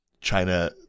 China